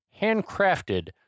handcrafted